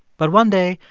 but one day,